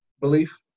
belief